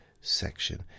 section